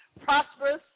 prosperous